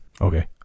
okay